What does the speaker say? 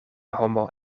homo